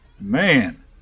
Man